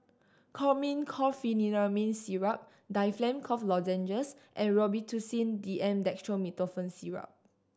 Chlormine Chlorpheniramine Syrup Difflam Cough Lozenges and Robitussin D M Dextromethorphan Syrup